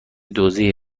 دزدی